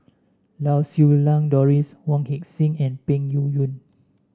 Lau Siew Lang Doris Wong Heck Sing and Peng Yuyun